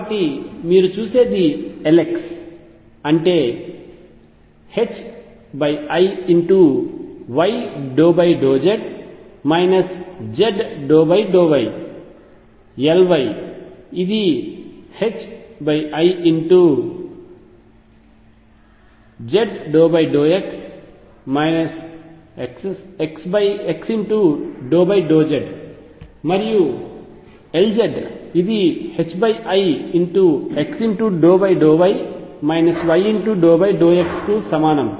కాబట్టి మీరు చూసేది Lx అంటే i y∂z z∂y Ly ఇది i z∂x x∂z మరియు Lz ఇది i x∂y y∂x కు సమానం